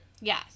Yes